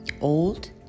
Old